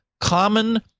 common